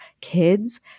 kids